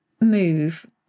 move